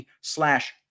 slash